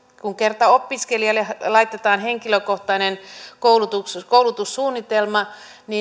kun kerta opiskelijalle laitetaan henkilökohtainen koulutussuunnitelma